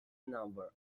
number